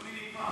יוני נגמר.